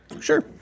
Sure